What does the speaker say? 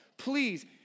Please